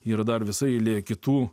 yra dar visa eilė kitų